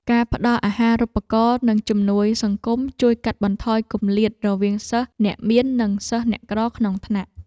ការផ្តល់អាហារូបករណ៍និងជំនួយសង្គមជួយកាត់បន្ថយគម្លាតរវាងសិស្សអ្នកមាននិងសិស្សអ្នកក្រក្នុងថ្នាក់។